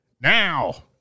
now